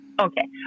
Okay